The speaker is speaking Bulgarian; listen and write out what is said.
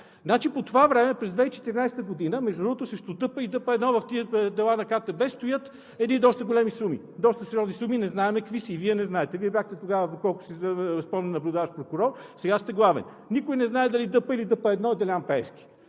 Значи, по това време – през 2014 г., между другото, срещу ДП и ДП1 в тези дела на КТБ, стоят едни доста големи суми, доста сериозни суми, не знаем какви са, и Вие не знаете. Вие бяхте тогава, доколкото си спомням, наблюдаващ прокурор, сега сте главен. Никой не знае дали ДП или ДП1 е Делян Пеевски,